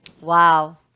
wow